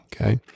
Okay